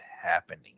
happening